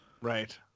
right